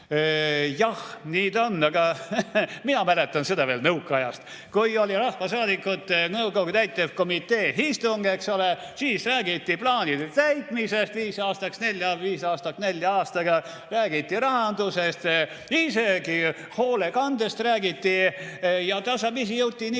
Jah, nii ta on. Mina mäletan seda veel nõukaajast. Kui oli rahvasaadikute nõukogu täitevkomitee istung, eks ole, siis räägiti plaanide täitmisest viieks aastaks, viis aastat nelja aastaga, räägiti rahandusest, isegi hoolekandest räägiti. Tasapisi jõuti nii